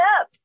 up